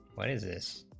what is this